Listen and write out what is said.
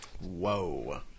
Whoa